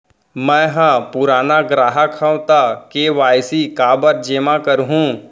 मैं ह पुराना ग्राहक हव त के.वाई.सी काबर जेमा करहुं?